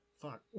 fuck